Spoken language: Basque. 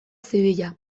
zibila